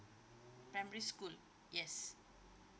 primary school yes